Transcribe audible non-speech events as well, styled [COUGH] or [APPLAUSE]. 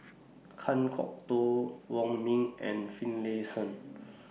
Kan Kwok Toh Wong Ming and Finlayson [NOISE]